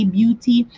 beauty